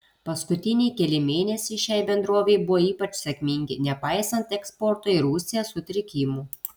paskutiniai keli mėnesiai šiai bendrovei buvo ypač sėkmingi nepaisant eksporto į rusiją sutrikimų